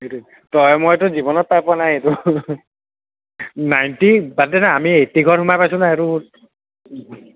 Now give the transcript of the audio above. সেইটো তই ময়েতো জীৱনত পাই পোৱা নাই এইটো নাইনটি বাদ দেই না আমি এইটি ঘৰত সোমাই পাইছোঁ নাই সেইটো সোধ